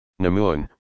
Namun